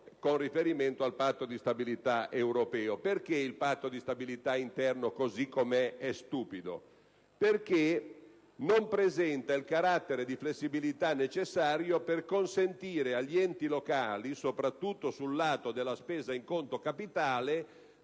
con riferimento al Patto di stabilità europeo. Perché il Patto di stabilità interno, così com'è, è stupido? Perché non presenta il carattere di flessibilità necessario per consentire agli enti locali, soprattutto sul lato della spesa in conto capitale,